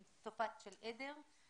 יש משפחות צעירות ויש גם 20% קשישים.